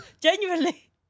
genuinely